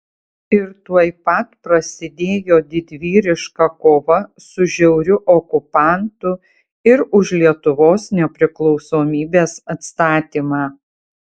ir tuoj pat prasidėjo didvyriška kova su žiauriu okupantu ir už lietuvos nepriklausomybės atstatymą